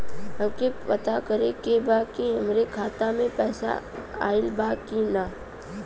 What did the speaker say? हमके पता करे के बा कि हमरे खाता में पैसा ऑइल बा कि ना?